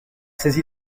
saisit